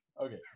Okay